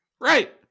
Right